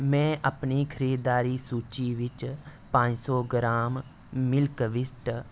में अपनी खरीदारी सूची बिच्च पंज सौ ग्राम मिल्की मिस्ट